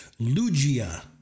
Lugia